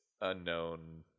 unknown